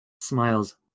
smiles